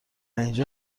اینجا